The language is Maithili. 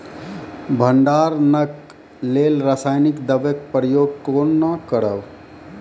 भंडारणक लेल रासायनिक दवेक प्रयोग कुना करव?